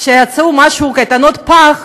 כשיעשו קייטנות פח,